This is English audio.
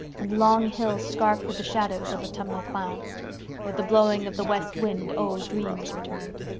and long hills scarfed with the shadows of autumnal clouds with the blowing of the west wind old dreams returned.